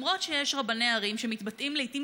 למרות שיש רבני ערים שמתבטאים לעיתים